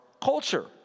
culture